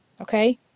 okay